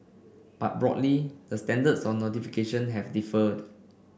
but broadly the standards on notification have differed